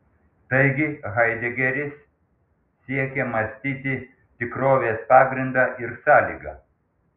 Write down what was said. taigi haidegeris siekia mąstyti tikrovės pagrindą ir sąlygą